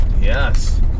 Yes